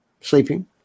sleeping